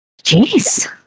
Jeez